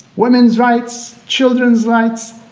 women's rights, children's rights,